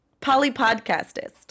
Polypodcastist